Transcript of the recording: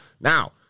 Now